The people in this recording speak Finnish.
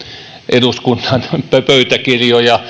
eduskunnan